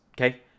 okay